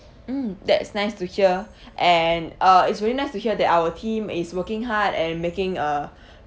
mm that's nice to hear and uh it's really nice to hear that our team is working hard and making uh